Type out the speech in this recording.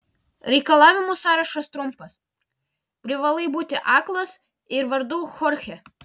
reikalavimų sąrašas trumpas privalai būti aklas ir vardu chorchė